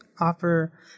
offer